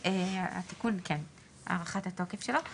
2. הצעת צו בריאות העם (נגיף הקורונה החדש)(בידוד בית